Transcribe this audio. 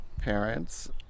parents